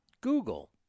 Google